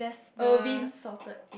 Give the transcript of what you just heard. Irvins salted